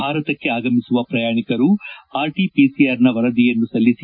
ಭಾರತಕ್ಕೆ ಆಗಮಿಸುವ ಪ್ರಯಾಣಕರು ಆರ್ಟಿಪಿಸಿಆರ್ನ ವರದಿಯನ್ನು ಸಲ್ಲಿಸಿ